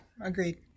agreed